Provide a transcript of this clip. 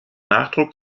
nachdruck